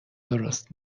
درست